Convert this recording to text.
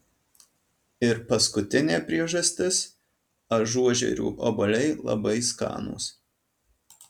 ir paskutinė priežastis ažuožerių obuoliai labai skanūs